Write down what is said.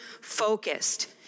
focused